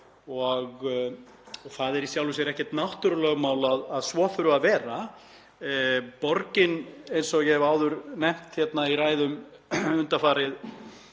og það er í sjálfu sér ekkert náttúrulögmál að svo þurfi að vera. Borgin, eins og ég hef áður nefnt hérna í ræðum undanfarið,